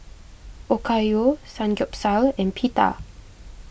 Okayu Samgyeopsal and Pita